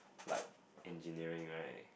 like Engineering right